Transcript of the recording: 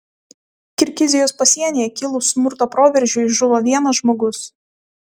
kirgizijos pasienyje kilus smurto proveržiui žuvo vienas žmogus